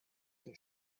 der